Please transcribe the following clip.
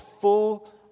full